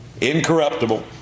incorruptible